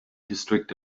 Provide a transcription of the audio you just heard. district